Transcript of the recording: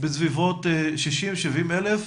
בסביבות 70,000-60,000?